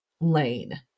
lane